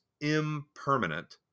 impermanent